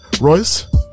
Royce